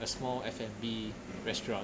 a small F and B restaurant